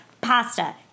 pasta